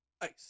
Ice